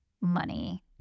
money